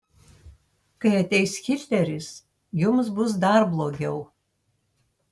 kai ateis hitleris jums bus dar blogiau